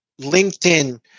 LinkedIn